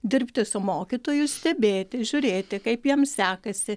dirbti su mokytoju stebėti žiūrėti kaip jam sekasi